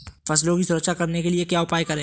फसलों की सुरक्षा करने के लिए क्या उपाय करें?